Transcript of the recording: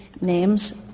names